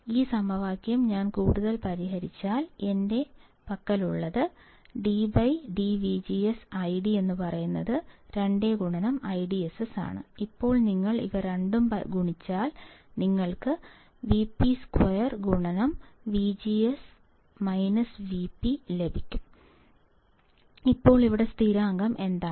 ഈ സമവാക്യം ഞാൻ കൂടുതൽ പരിഹരിച്ചാൽ എന്റെ പക്കലുള്ളത് dIDdVGS 2IDSS ഇപ്പോൾ നിങ്ങൾ ഇവ രണ്ടും ഗുണിച്ചാൽ നിങ്ങൾക്ക് Vp 2 ലഭിക്കും VGS Vp ഇപ്പോൾ ഇവിടെ സ്ഥിരാങ്കം എന്താണ്